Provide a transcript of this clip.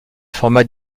formats